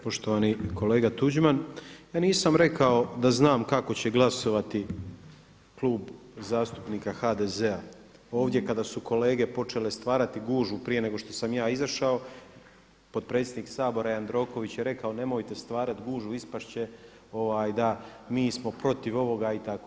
Poštovani kolega Tuđman, ja nisam rekao da znam kako će glasovati Klub zastupnika HDZ-a, ovdje kada su kolege počele stvarati gužvu prije nego što sam ja izašao, potpredsjednik Sabora Jandroković je rekao nemojte stvarati gužvu, ispasti će da mi smo protiv ovoga i tako.